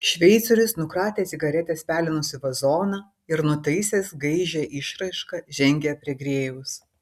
šveicorius nukratė cigaretės pelenus į vazoną ir nutaisęs gaižią išraišką žengė prie grėjaus